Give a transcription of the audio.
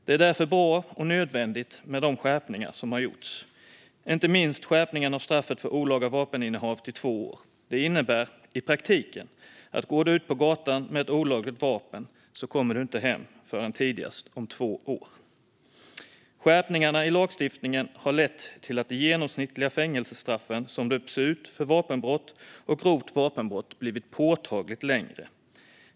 Det är därför bra och nödvändigt med de skärpningar som har gjorts. Det gäller inte minst skärpningen av straffet för olaga vapeninnehav till två år. Det innebär i praktiken att om du går ut på gatan med ett olagligt vapen kommer du inte hem förrän tidigast om två år. Skärpningarna i lagstiftningen har lett till att de genomsnittliga fängelsestraffen som dömts ut för vapenbrott och grovt vapenbrott blivit påtagligt längre.